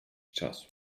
czasu